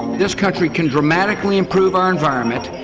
this country can dramatically improve our environment,